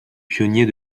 pionniers